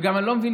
וגם אני לא מבין,